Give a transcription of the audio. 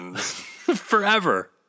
Forever